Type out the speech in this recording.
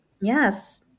Yes